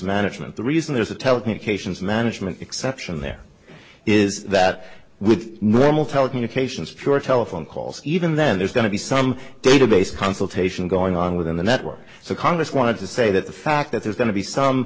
management the reason there's a telecommunications management exception there is that with normal telecommunications pure telephone calls even then there's going to be some database consultation going on within the network so congress wanted to say that the fact that there's going to be some